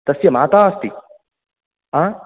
तस्य माता अस्ति आ